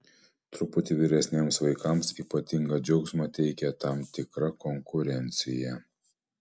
truputį vyresniems vaikams ypatingą džiaugsmą teikia tam tikra konkurencija